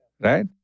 right